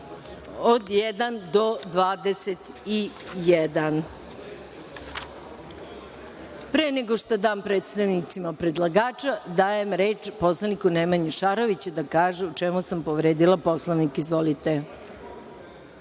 jedan do 21.Pre nego što dam predstavnicima predlagača, dajem reč poslaniku Nemanji Šaroviću, da kaže u čemu sam povredila Poslovnik. Izvolite.